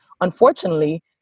unfortunately